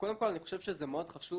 קודם כל אני חושב שזה מאוד חשוב